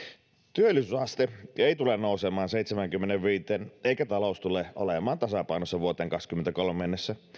työllisyysaste ei tule nousemaan seitsemäänkymmeneenviiteen eikä talous tule olemaan tasapainossa vuoteen kahdessakymmenessäkolmessa mennessä